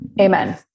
Amen